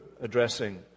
addressing